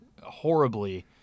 horribly